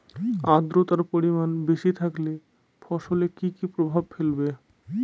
আদ্রর্তার পরিমান বেশি থাকলে ফসলে কি কি প্রভাব ফেলবে?